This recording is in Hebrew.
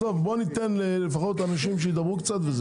בוא ניתן לפחות לאנשים שידברו קצת.